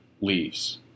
leaves